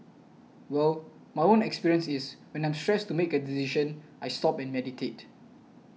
well my own experience is when I'm stressed to make a decision I stop and meditate